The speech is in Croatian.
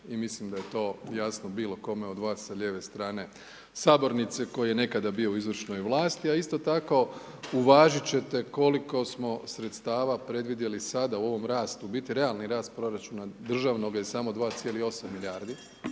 i mislim da je to jasno bilo kome od vas sa lijeve strane Sabornice, koji je nekada bio u izvršnoj vlasti, a isto tako uvažit će te koliko smo sredstava predvidjeli sada u ovom rastu, bit realan rast proračuna državnoga je samo 2,8 milijardi,